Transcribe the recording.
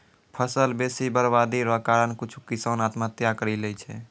फसल बेसी बरवादी रो कारण कुछु किसान आत्महत्या करि लैय छै